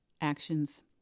actions